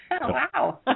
wow